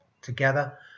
together